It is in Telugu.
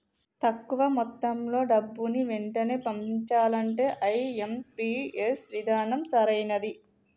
తక్కువ మొత్తంలో డబ్బుని వెంటనే పంపించాలంటే ఐ.ఎం.పీ.ఎస్ విధానం సరైనది